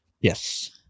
Yes